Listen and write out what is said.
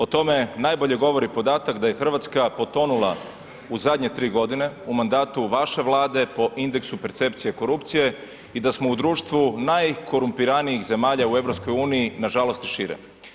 O tome najbolje govori podatak da je Hrvatska potonula u zadnje 3 godine u mandatu vaše Vlade po indeksu percepcije korupcije i da smo u društvu najkorumpiranijih zemlja u EU, nažalost i šire.